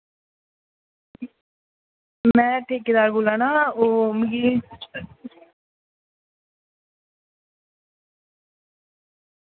में टिकरी दा बोला ना ओह् मिगी